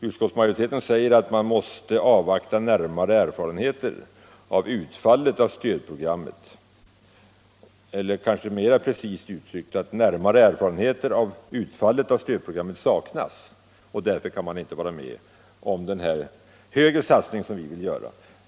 Utskottsmajoriteten säger att man måste avvakta närmare erfarenheter av utfallet av stödprogrammet eller — kanske mera precist uttryckt — att närmare erfarenheter av utfallet av stödprogrammet saknas och att man därför inte kan vara med om den högre satsning som vi vill göra.